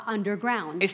Underground